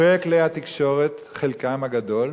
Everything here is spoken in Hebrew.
וכלי התקשורת, חלקם הגדול,